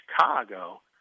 Chicago